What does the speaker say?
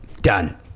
Done